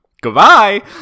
Goodbye